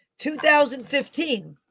2015